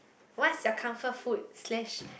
what's their comfort food slash